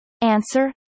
answer